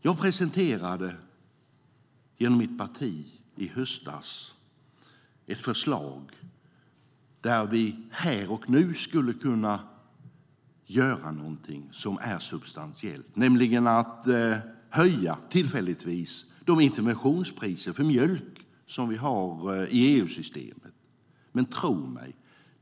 Jag presenterade i höstas genom mitt parti ett förslag där vi här och nu skulle kunna göra någonting som är substantiellt, nämligen tillfälligt höja de interventionspriser för mjölk som vi har i EU-systemet. Men - tro mig!